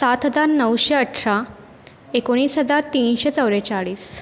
सात हजार नऊशे अठरा एकोणीस हजार तीनशे चौवेचाळीस